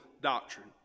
doctrine